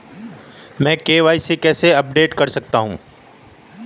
मैं के.वाई.सी कैसे अपडेट कर सकता हूं?